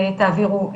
תעבירו לרווחה.